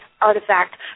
artifact